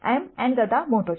m n કરતા મોટો છે